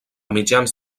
mitjans